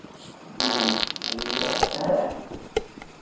ᱦᱮᱸ ᱟᱹᱞᱤᱧ ᱫᱚ